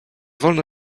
wolno